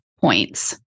points